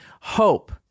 hope